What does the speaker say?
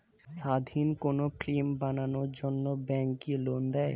স্বাধীন কোনো ফিল্ম বানানোর জন্য ব্যাঙ্ক কি লোন দেয়?